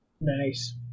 Nice